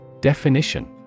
Definition